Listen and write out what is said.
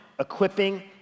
Equipping